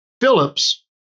Phillips